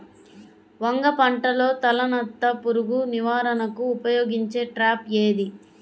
వంగ పంటలో తలనత్త పురుగు నివారణకు ఉపయోగించే ట్రాప్ ఏది?